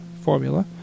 Formula